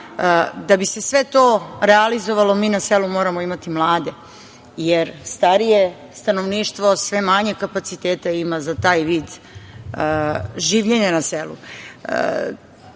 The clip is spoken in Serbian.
Da bi se sve to realizovalo mi na selu moramo imati mlade, jer starije stanovništvo sve manje kapaciteta ima za taj vid življenja na selu. Možda